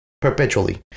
perpetually